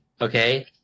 okay